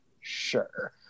sure